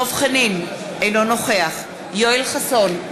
אינו נוכח יואל חסון,